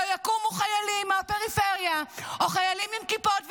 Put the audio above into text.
לא יקומו חיילים מהפריפריה או חיילים עם כיפות ויגידו: